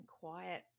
quiet